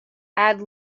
add